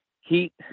heat